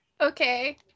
Okay